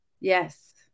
Yes